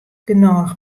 genôch